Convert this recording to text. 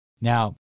Now